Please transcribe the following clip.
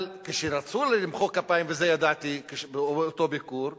אבל, כשרצו למחוא כפיים, את זה ידעתי באותו ביקור,